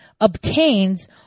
obtains